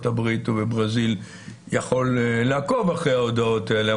הברית או בברזיל יכול לעקוב אחרי ההודעות האלה.